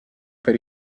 per